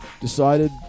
decided